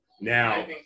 Now